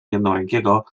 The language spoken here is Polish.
jednorękiego